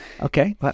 Okay